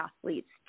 athletes